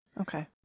Okay